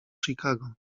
chicago